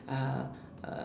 uh uh